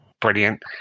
Brilliant